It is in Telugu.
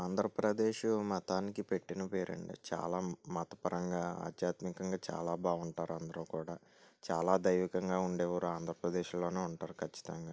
ఆంధ్రప్రదేశ్ మతానికి పెట్టిన పేరు అండి చాలా మతపరంగా ఆధ్యాత్మికంగా చాలా బాగుంటారు అందరు కూడా చాలా దైవికంగా ఉండే ఊరు ఆంధ్రప్రదేశ్లో ఉంటారు ఖచ్చితంగా